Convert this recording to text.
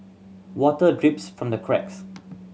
water drips from the cracks